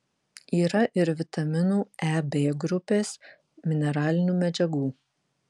yra ir vitaminų e b grupės mineralinių medžiagų